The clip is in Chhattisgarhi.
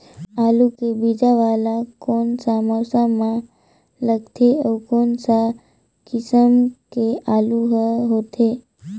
आलू के बीजा वाला कोन सा मौसम म लगथे अउ कोन सा किसम के आलू हर होथे?